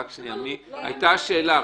עלתה שאלה.